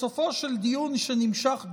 בסופו של דיון שנמשך דורות,